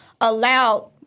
allowed